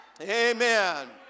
Amen